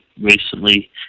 recently